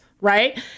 right